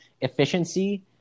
efficiency